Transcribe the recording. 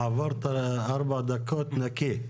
עברת ארבע דקות "נקי".